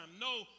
No